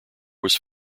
was